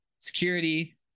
Security